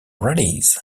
rallies